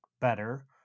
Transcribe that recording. better